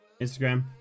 Instagram